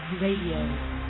Radio